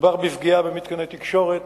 מדובר בפגיעה במתקני תקשורת,